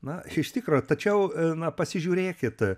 na iš tikro tačiau na pasižiūrėkit